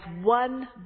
one